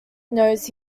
knows